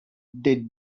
they